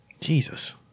Jesus